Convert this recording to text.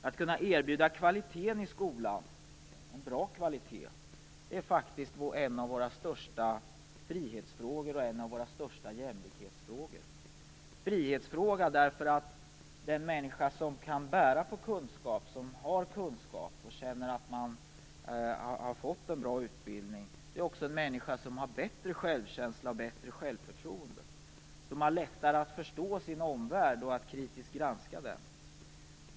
Att kunna erbjuda en bra kvalitet i skolan är faktiskt en av våra största frihetsfrågor och en av våra största jämlikhetsfrågor. Den människa som kan bära på kunskap, som har kunskap och som känner att man har fått en bra utbildning är också en människa som har en bättre självkänsla och ett bättre självförtroende. Den människan har lättare att förstå sin omvärld och att kritiskt granska den.